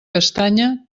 castanya